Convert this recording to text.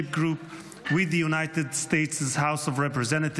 group with the United States' House of Representatives.